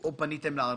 או פניתם לערבים.